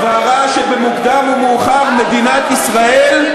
הבהרה שבמקודם או במאוחר, מדינת ישראל,